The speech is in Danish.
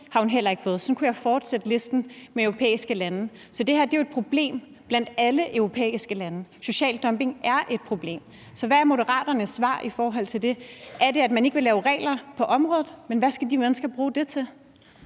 har hun heller ikke fået. Sådan kunne jeg fortsætte listen med europæiske lande. Det her er jo et problem blandt alle europæiske lande. Social dumping er et problem. Så hvad er Moderaternes svar i forhold til det? Er det, at man ikke vil lave regler på området? Hvad skal de mennesker bruge det til?